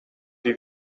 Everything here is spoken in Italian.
dei